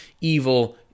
evil